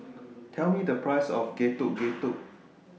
Tell Me The Price of Getuk Getuk